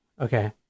Okay